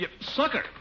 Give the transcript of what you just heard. Sucker